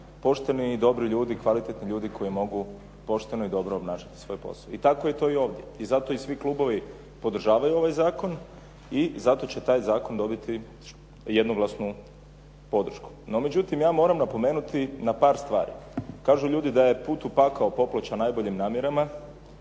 pošteni i dobri ljudi, kvalitetni ljudi koji mogu pošteno i dobro obnašati svoj posao. I tako je to i ovdje i zato i svi klubovi podržavaju ovaj zakon i zato će taj zakon dobiti jednoglasnu podršku. No međutim, ja moram napomenuti na par stvari. Kažu ljudi da je put u pakao popločen najboljim namjerama,